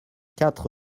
quatre